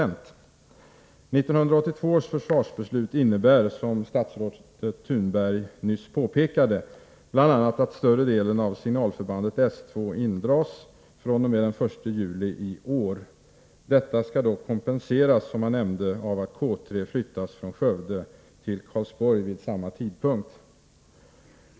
1982 års försvarsbeslut innebär, som statsrådet Thunborg nyss påpekade, bl.a. att större delen av signalförbandet §2 indras fr.o.m. den 1 juli i år. Detta skall dock kompenseras av att K 3 flyttas från Skövde till Karlsborg vid samma tidpunkt.